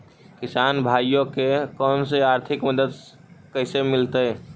किसान भाइयोके कोन से आर्थिक मदत कैसे मीलतय?